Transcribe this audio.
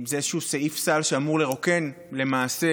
זה איזשהו סעיף סל שאמור לרוקן למעשה